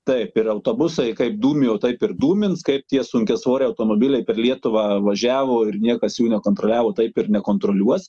taip ir autobusai kaip dūmijo taip ir dūmins kaip tie sunkiasvoriai automobiliai per lietuvą važiavo ir niekas jų nekontroliavo taip ir nekontroliuos